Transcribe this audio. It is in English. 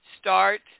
start